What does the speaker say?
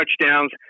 touchdowns